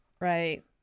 Right